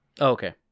Okay